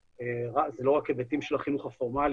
זה לא רק היבטים של החינוך הפורמלי,